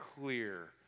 clear